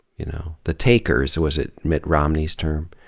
you know the takers. was it mitt romney's term?